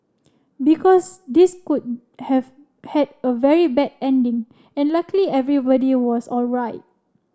because this could have had a very bad ending and luckily everybody was alright